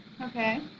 Okay